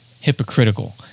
hypocritical